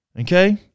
okay